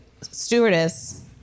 stewardess